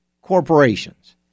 corporations